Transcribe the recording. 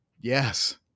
Yes